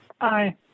Aye